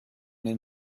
den